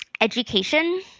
Education